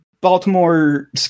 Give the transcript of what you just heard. Baltimore